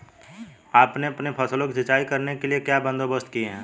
आपने अपनी फसलों की सिंचाई करने के लिए क्या बंदोबस्त किए है